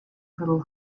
little